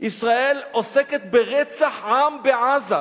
ישראל עוסקת ברצח-עם בעזה.